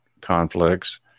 conflicts